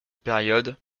période